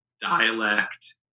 dialect